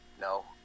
No